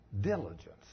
Diligence